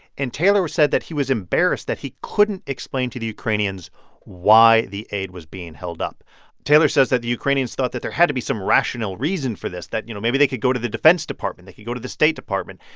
and taylor said that he was embarrassed that he couldn't explain to the ukrainians why the aid was being held up taylor says that the ukrainians thought that there had to be some rational reason for this, that, you know, maybe they could go to the defense department, they could go to the state department,